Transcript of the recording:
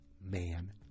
Man